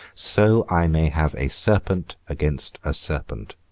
so i may have a serpent against a serpent,